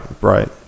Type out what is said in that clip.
right